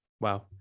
Wow